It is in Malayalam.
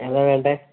ഏതാണു വേണ്ടത്